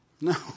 No